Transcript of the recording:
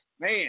Man